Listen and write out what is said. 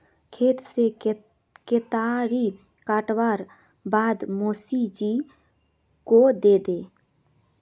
खेत से केतारी काटवार बाद मोसी जी को दे दे